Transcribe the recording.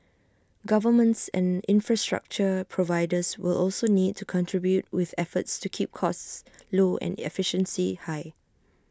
governments and infrastructure providers will also need to contribute with efforts to keep costs low and efficiency high